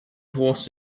horse